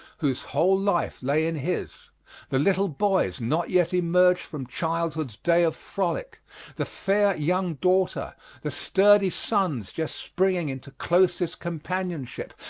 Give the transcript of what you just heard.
whose whole life lay in his the little boys not yet emerged from childhood's day of frolic the fair young daughter the sturdy sons just springing into closest companionship,